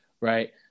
right